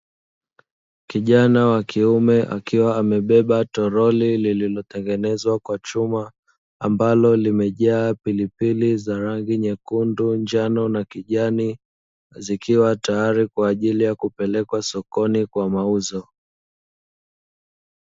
Kijana wa kiume aliyebeba toroli lililotengenezwa kwa chuma, ambalo limejaa pilipili za rangi nyekundu, njano na kijani, zikiwa tayari kwa ajili ya kupelekwa sokoni kwa mauzo.